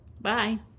Bye